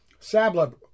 Sabla